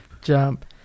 jump